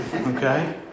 okay